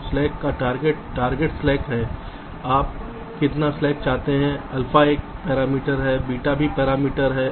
और स्लैक का target target slack है आप कितना स्लैक चाहते हैं अल्फा एक पैरामीटर है बीटा भी पैरामीटर है